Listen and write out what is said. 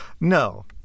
no